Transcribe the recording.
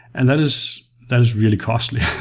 and that is that is really costly.